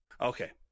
okay